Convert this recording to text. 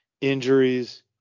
injuries